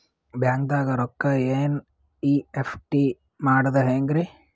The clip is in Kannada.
ಬ್ಯಾಂಕ್ದಾಗ ರೊಕ್ಕ ಎನ್.ಇ.ಎಫ್.ಟಿ ಮಾಡದ ಹೆಂಗ್ರಿ?